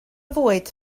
fwyd